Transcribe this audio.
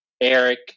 eric